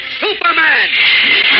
Superman